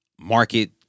market